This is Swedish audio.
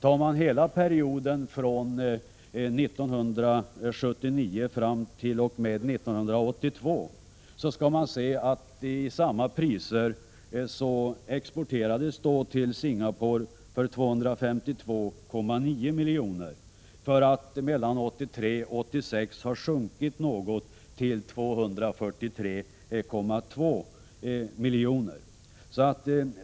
Tar man hela perioden 1979-1982, skall man finna att det i samma penningvärde exporterades till Singapore för 252,9 milj.kr. Mellan 1983 och 1986 sjönk exporten något till 243,2 milj.kr.